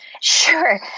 Sure